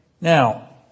Now